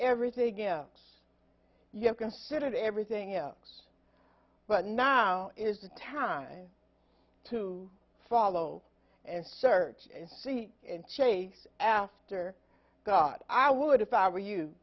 everything else you have considered everything else but now is the time to follow and search and see and chase after god i would if i were you